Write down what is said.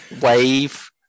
wave